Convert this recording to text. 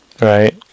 right